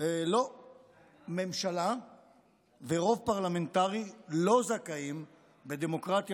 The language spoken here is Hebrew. ממשלה ורוב פרלמנטרי לא זכאים בדמוקרטיה